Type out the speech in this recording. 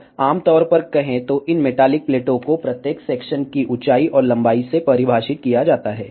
अब आम तौर पर कहे तो इन मेटालिक प्लेटों को प्रत्येक सेक्शन की ऊंचाई और लंबाई से परिभाषित किया जाता है